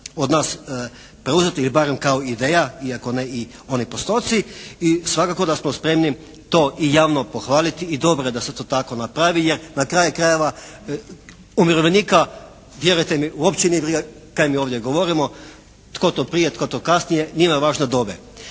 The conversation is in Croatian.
od nas preuzeto ili barem kao ideja iako ne i oni postoci i svakako da smo spremni to i javno pohvaliti i dobro je da se to tako napravi. Jer na kraju krajeva umirovljenika vjerujte mi uopće nije briga kaj mi ovdje govorimo, tko to prije, tko to kasnije. Njima je važno da dobe.